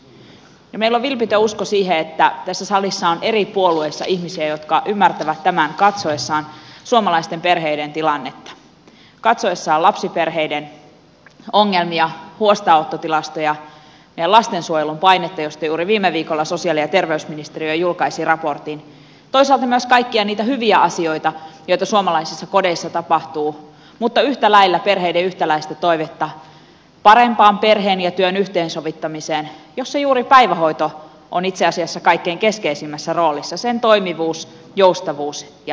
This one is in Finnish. meillä on vilpitön usko siihen että tässä salissa on eri puolueissa ihmisiä jotka ymmärtävät tämän katsoessaan suomalaisten perheiden tilannetta katsoessaan lapsiperheiden ongelmia huostaanottotilastoja meidän lastensuojelun painetta josta juuri viime viikolla sosiaali ja terveysministeriö julkaisi raportin toisaalta myös kaikkia niitä hyviä asioita joita suomalaisissa kodeissa tapahtuu mutta yhtä lailla perheiden yhtäläistä toivetta parempaan perheen ja työn yhteensovittamiseen jossa juuri päivähoito on itse asiassa kaikkein keskeisimmässä roolissa sen toimivuus joustavuus ja laatu